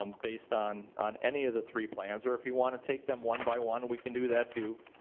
um based on on any of the three plans? or if you want to take them one by one, we can do that too.